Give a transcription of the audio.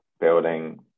building